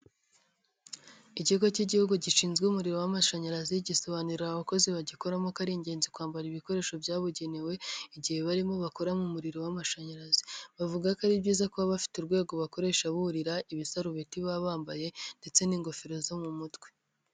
Ikigo cy'igihugu gishinzwe umuriro w'amashanyarazi gisobanurira abakozi bagikoramo ko ari ingenzi kwambara ibikoresho byabugenewe, igihe barimo bakora mu muriro w'amashanyarazi. Bavuga ko ari byiza kuba bafite urwego bakoresha buririra, ibisarubeti baba bambaye ndetse n'ingofero zo mu mutwe.